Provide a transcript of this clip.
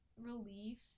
relief